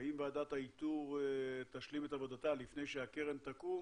אם ועדת האיתור תשלים את עבודתה לפני שהקרן תקום